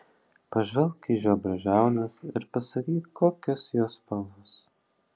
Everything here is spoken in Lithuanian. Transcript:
pažvelk į žiobrio žiaunas ir pasakyk kokios jos spalvos